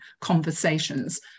conversations